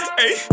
hey